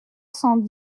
cent